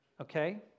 okay